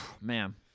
Man